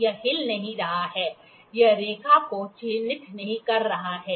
यह हिल नहीं रहा है यह रेखा को चिह्नित नहीं कर रहा है